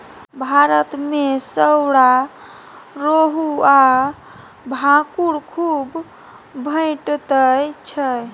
भारत मे सौरा, रोहू आ भाखुड़ खुब भेटैत छै